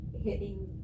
hitting